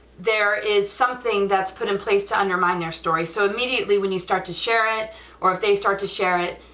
there is something that's put in place to undermine your story, so immediately when you start to share it or if they start to share it,